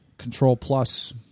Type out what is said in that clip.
Control-plus